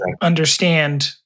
understand